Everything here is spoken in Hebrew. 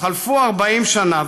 חלפו 40 שנה,